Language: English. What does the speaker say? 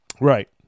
right